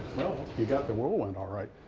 well, you got the whirlwind all right.